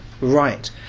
right